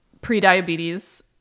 prediabetes